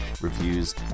reviews